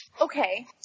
Okay